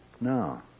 No